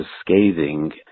scathing